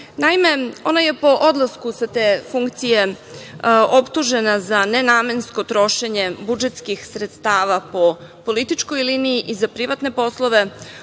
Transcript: ona je po odlasku sa te funkcije optužena za nenamensko trošenje budžetskih sredstava po političkoj liniji i za privatne poslove,